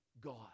God